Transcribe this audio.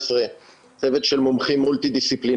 אלא toxicity של חומרים.